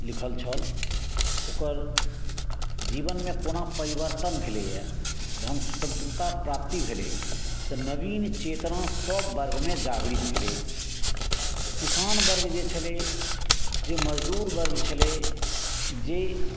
लिखल छल ओकर जीवन मे कोना परिवर्तन भेलैया जहन स्वतंत्रता प्राप्ति भेलै तऽ नवीन चेतना सब बर्ग मे जागृत भेलै किसान बर्ग जे छलै जे मजदूर बर्ग छलै जे